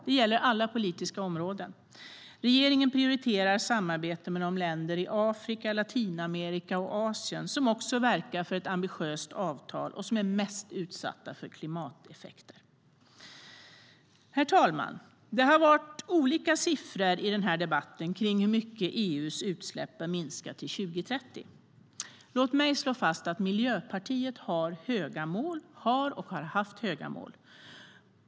Det gäller alla politiska områden. Regeringen prioriterar samarbete med de länder i Afrika, Latinamerika och Asien som verkar för ett ambitiöst avtal och som är mest utsatta för klimateffekter. Herr talman! Det har varit olika siffror i debatten om hur mycket EU:s utsläpp bör minska till 2030. Låt mig slå fast att Miljöpartiet har och har haft höga mål.